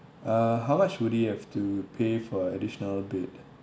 uh how much would he have to pay for a additional bed